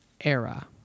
era